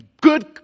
good